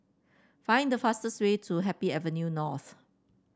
find the fastest way to Happy Avenue North